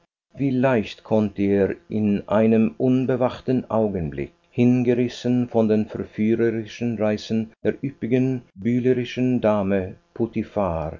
leicht konnte er in einem unbewachten augenblick hingerissen von den verführerischen reizen der üppigen buhlerischen dame